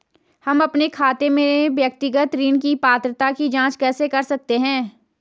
हम अपने खाते में व्यक्तिगत ऋण की पात्रता की जांच कैसे कर सकते हैं?